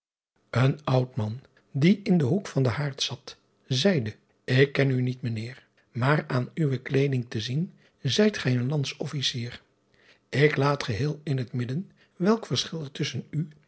en oud man die in den hoek van den haard zat zeide k ken u niet ijnheer maar aan uwe kleeding te zien zijt gij een ands officier k laat geheel in het midden driaan oosjes zn et leven van illegonda uisman welk verschil er tusschen u